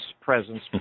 presence